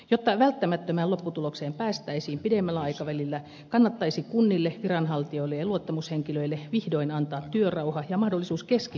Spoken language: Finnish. jotta välttämättömään lopputulokseen päästäisiin pidemmällä aikavälillä kannattaisi kunnille viranhaltijoille ja luottamushenkilöille vihdoin antaa työrauha ja mahdollisuus keskittyä olennaiseen